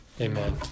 Amen